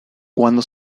cuando